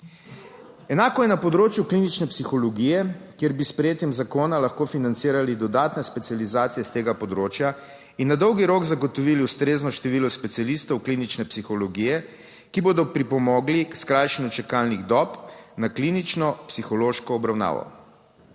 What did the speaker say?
Enako je na področju klinične psihologije, kjer bi s sprejetjem zakona lahko financirali dodatne specializacije s tega področja in na dolgi rok zagotovili ustrezno število specialistov klinične psihologije, ki bodo pripomogli k skrajšanju čakalnih dob na klinično psihološko obravnavo.